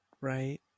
right